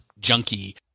junkie